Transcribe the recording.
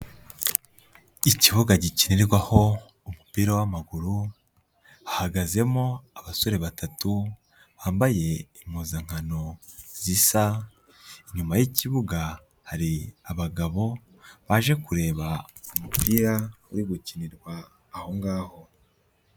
Ikibuga gikinirwaho umupira w'amaguru, hahagazemo abasore batatu bambaye impuzankano zisa, inyuma y'ikibuga hari abagabo baje kureba umupira uri gukinirwa aho ngaho.